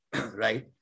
right